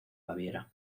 baviera